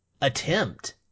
attempt